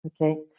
Okay